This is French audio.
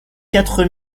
quatre